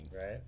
Right